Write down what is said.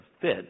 fit